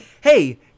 Hey